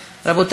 חבל.